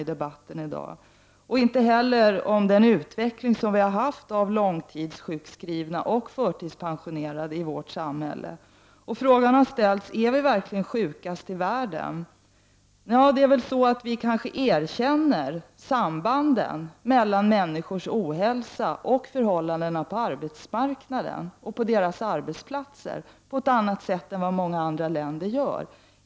Inte heller behöver jag orda så mycket om den utveckling som vi har haft när det gäller långtidssjukskrivna och förtidspensionerade i vårt samhälle. Frågan har ställts: Är vi verkligen sjukast i världen? Det kanske är så, att vi erkänner sambanden mellan människors ohälsa och förhållandena på arbetsplatserna på ett annat sätt än vad man gör i många andra länder.